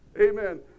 Amen